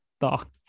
talk